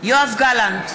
יואב גלנט,